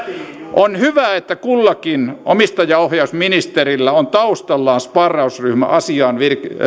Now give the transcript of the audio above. on hyvä että kullakin omistajaohjausministerillä on taustallaan sparrausryhmä asiaan